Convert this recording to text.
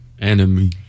Enemy